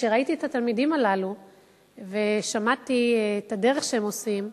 כשראיתי את התלמידים הללו ושמעתי את הדרך שהם עושים,